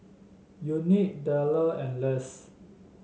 Unique Dale and Less